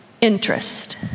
interest